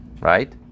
right